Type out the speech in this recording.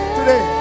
Today